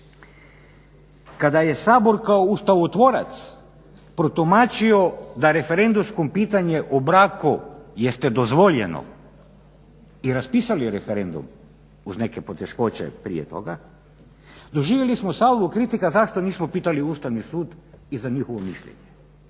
Kada je Sabor kao ustavotvorac protumačio da referendumsko pitanje o braku jeste dozvoljeno i raspisali referendum uz neke poteškoće prije toga, doživjeli smo salvu kritika zašto nismo pitali Ustavni sud i za njihovo mišljenje.